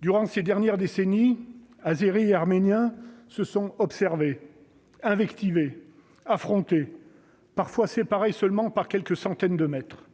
Durant ces dernières décennies, Azéris et Arméniens se sont observés, invectivés, affrontés, parfois séparés par quelques centaines de mètres seulement.